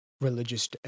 religious